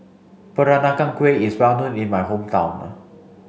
Peranakan Kueh is well known in my hometown